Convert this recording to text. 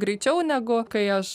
greičiau negu kai aš